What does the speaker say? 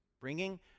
Bringing